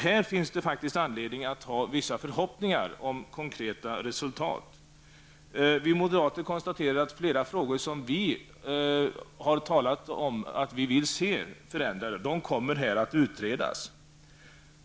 Där finns faktiskt anledning att ha vissa förhoppningar om konkreta resultat. Vi moderater konstaterar att flera frågor som vi har talat om att vi vill se förändrade nu kommer att utredas.